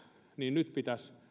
niin nyt pitäisi